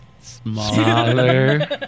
Smaller